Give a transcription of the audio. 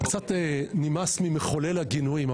קצת נמאס ממחול הגינויים,